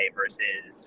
versus